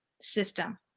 system